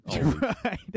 right